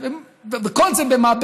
וכל זה במה?